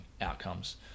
outcomes